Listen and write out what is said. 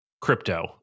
crypto